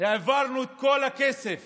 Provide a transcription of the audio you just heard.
העברנו את כל הכסף